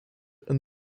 and